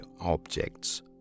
objects